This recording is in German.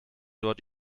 dort